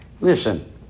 listen